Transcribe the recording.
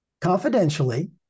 confidentially